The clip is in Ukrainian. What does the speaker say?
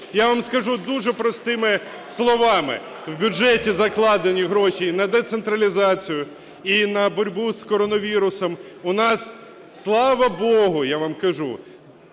Я вам скажу дуже простими словами. В бюджеті закладені гроші на децентралізацію і на боротьбу з коронавірусом. У нас, слава Богу, я вам кажу,